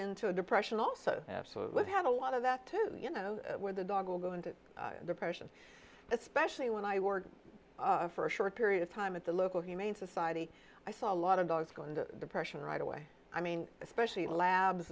into a depression also have a lot of that to you know where the dog will go into depression especially when i work for a short period of time at the local humane society i saw a lot of dogs going to the pression right away i mean especially labs